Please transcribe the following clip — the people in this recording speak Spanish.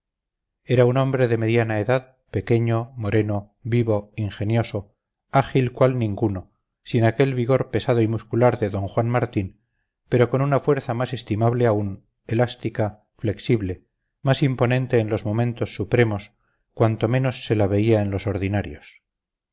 era un hombre de mediana edad pequeño moreno vivo ingenioso ágil cual ninguno sin aquel vigor pesado y muscular de d juan martín pero con una fuerza más estimable aún elástica flexible más imponente en los momentos supremos cuanto menos se la veía en los ordinarios